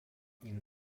ihn